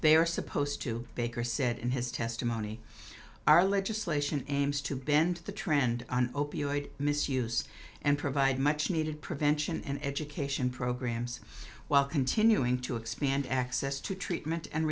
they are supposed to baker said in his testimony our legislation aims to bend the trend opioid misuse and provide much needed prevention and education programs while continuing to expand access to treatment and